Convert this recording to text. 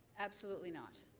absolutely not.